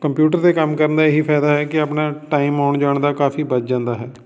computer 'ਤੇ ਕੰਮ ਕਰਨ ਦਾ ਇਹੀ ਫਾਇਦਾ ਹੈ ਕਿ ਆਪਣਾ ਟਾਈਮ ਆਉਣ ਜਾਣ ਦਾ ਕਾਫੀ ਬਚ ਜਾਂਦਾ ਹੈ